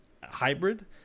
hybrid